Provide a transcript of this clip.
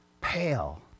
pale